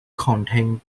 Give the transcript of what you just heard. contain